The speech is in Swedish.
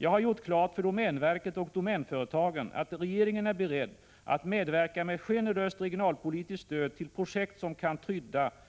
Jag har gjort klart för domänverket och Domänföretagen att regeringen är beredd att medverka med generöst regionalpolitiskt stöd till projekt